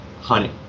honey